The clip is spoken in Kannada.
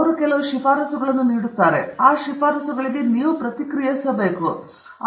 ಅವರು ಕೆಲವು ಶಿಫಾರಸುಗಳನ್ನು ನೀಡುತ್ತಾರೆ ಆ ಶಿಫಾರಸುಗಳಿಗೆ ನೀವು ಪ್ರತಿಕ್ರಿಯಿಸಬೇಕು